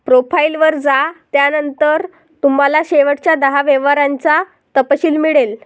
profile वर जा, त्यानंतर तुम्हाला शेवटच्या दहा व्यवहारांचा तपशील मिळेल